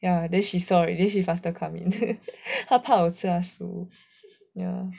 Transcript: ya then she saw it then she faster come in 她怕我吃她的食物 ya